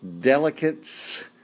delicates